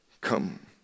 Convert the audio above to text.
Come